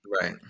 right